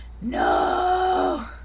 No